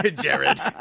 Jared